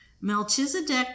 Melchizedek